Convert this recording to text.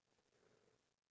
hold on